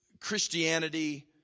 Christianity